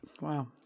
wow